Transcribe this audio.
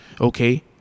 okay